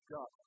God